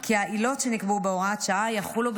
כי העילות שנקבעו בהוראת שעה יחולו,